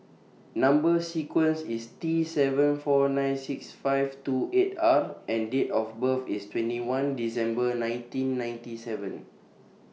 Number sequence IS T seven four nine six five two eight R and Date of birth IS twenty one December nineteen ninety seven